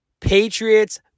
Patriots